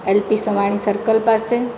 LP Savani circle પાસે